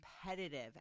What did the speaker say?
competitive